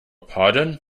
pardon